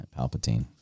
Palpatine